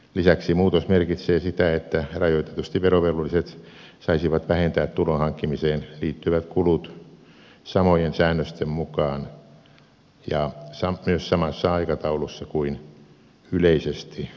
lisäksi muutos merkitsee sitä että rajoitetusti verovelvolliset saisivat vähentää tulonhankkimiseen liittyvät kulut samojen säännösten mukaan ja myös samassa aikataulussa kuin yleisesti verovelvolliset